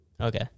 Okay